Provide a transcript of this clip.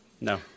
No